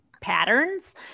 patterns